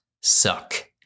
suck